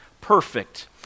perfect